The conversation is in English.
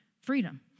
freedom